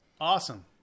Awesome